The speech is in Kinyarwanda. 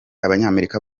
abanyamerika